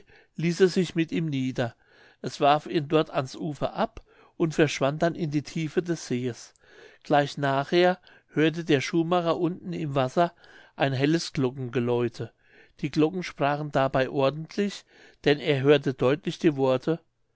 ließ es sich mit ihm nieder es warf ihn dort ans ufer ab und verschwand dann in der tiefe des sees gleich nachher hörte der schuhmacher unten im wasser ein helles glockengeläute die glocken sprachen dabei ordentlich denn er hörte deutlich die worte